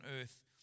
earth